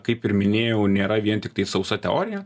kaip ir minėjau nėra vien tiktai sausa teorija